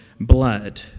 blood